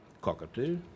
Cockatoo